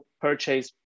purchase